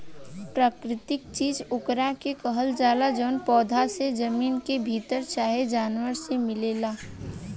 प्राकृतिक चीज ओकरा के कहल जाला जवन पौधा से, जमीन के भीतर चाहे जानवर मे मिलेला